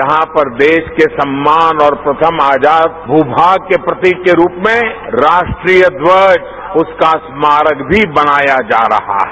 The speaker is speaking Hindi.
यहां पर देश के सम्मान और प्रथम आजाद भू भाग के प्रतीक के रूप में राष्ट्रीय ध्वज उसका स्मारक भी बनाया जा रहा है